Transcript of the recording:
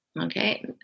Okay